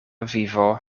vivo